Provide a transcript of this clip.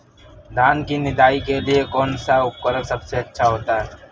धान की निदाई के लिए कौन सा उपकरण सबसे अच्छा होता है?